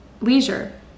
Leisure